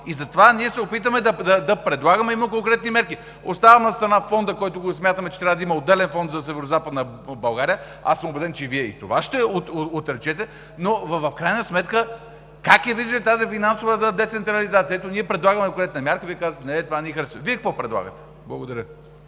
и затова ние се опитваме да предлагаме именно конкретни мерки. Оставям настрана фонда – смятаме, че трябва да има отделен фонд за Северозападна България. Убеден съм, че Вие и това ще отречете, но в крайна сметка как я виждате тази финансова децентрализация? Ето, ние предлагаме конкретна мярка. Вие казвате: не, това не ни харесва. Вие какво предлагате? Благодаря.